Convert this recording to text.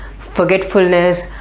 forgetfulness